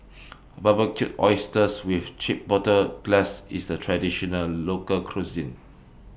Barbecued Oysters with Chipotle Glaze IS A Traditional Local Cuisine